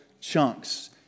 chunks